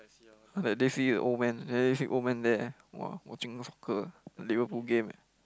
that day see a old man I see old man there !wah! watching soccer Liverpool game eh